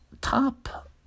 top